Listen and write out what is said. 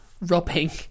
robbing